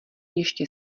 ještě